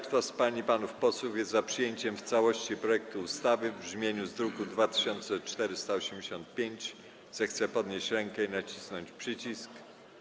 Kto z pań i panów posłów jest za przyjęciem w całości projektu ustawy w brzmieniu z druku nr 2485, zechce podnieść rękę i nacisnąć przycisk.